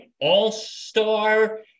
all-star